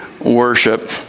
worship